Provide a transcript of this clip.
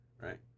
right